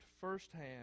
firsthand